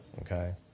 Okay